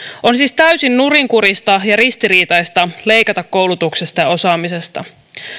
on siis täysin nurinkurista ja ristiriitaista leikata koulutuksesta ja osaamisesta